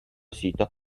sito